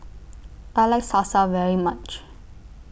I like Salsa very much